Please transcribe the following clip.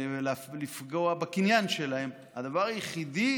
לפגוע בקניין שלהם, הדבר היחידי